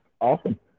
Awesome